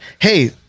hey